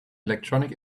electronic